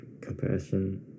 Compassion